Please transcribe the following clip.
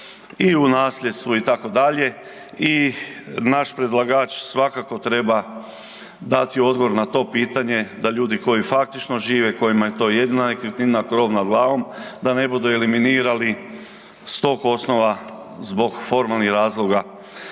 i u nasljedstvo itd., i naš predlagač svakako treba dati odgovor na to pitanje da ljudi koji faktično žive, kojima je to jedna nekretnina, krov nad glavom, da ne budu eliminirali s tog osnova zbog formalnih razloga.